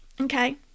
okay